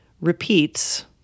repeats